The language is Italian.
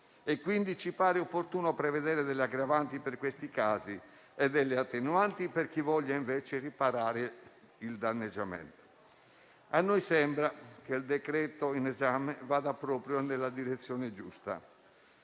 quindi ci pare opportuno prevedere aggravanti per questi casi e attenuanti per chi voglia invece riparare il danneggiamento. A noi sembra che il decreto-legge in esame vada proprio nella direzione giusta.